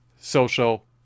Social